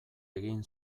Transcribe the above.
egin